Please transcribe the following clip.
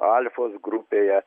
alfos grupėje